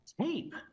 tape